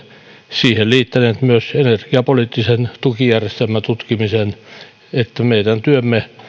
siihen liittäneet myös energiapoliittisen tukijärjestelmän tutkimisen meidän työmme